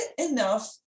enough